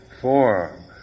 form